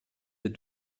des